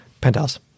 Penthouse